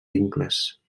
vincles